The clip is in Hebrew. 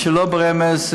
מה שלא ברמז,